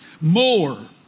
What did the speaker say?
More